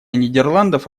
нидерландов